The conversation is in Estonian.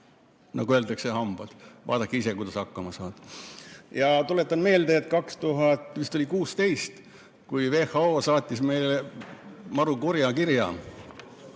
nagu öeldakse – hambad. Vaadake ise, kuidas hakkama saate. Tuletan meelde, et oli vist 2016, kui WHO saatis meile maru kurja kirja,